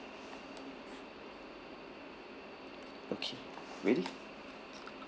okay ready